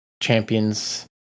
champions